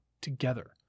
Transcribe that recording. together